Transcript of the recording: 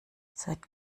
seit